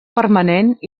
permanent